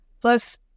Plus